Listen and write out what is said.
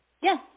Yes